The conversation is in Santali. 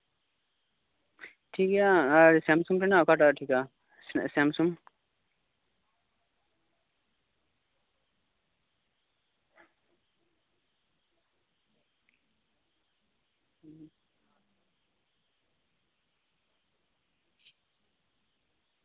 ᱴᱷᱤᱠᱜᱮᱭᱟ ᱟᱨ ᱥᱟᱢᱥᱩᱝ ᱨᱮᱱᱟᱜ ᱚᱠᱟᱴᱟᱜ ᱴᱷᱤᱠᱟ ᱥᱮᱢᱥᱩᱝ